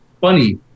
funny